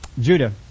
Judah